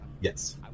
Yes